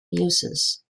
uses